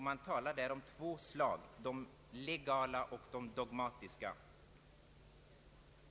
Man talar där om två slags hinder, de legala och de dogmatiska.